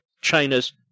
China's